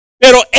Pero